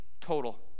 Total